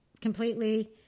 completely